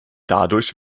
dadurch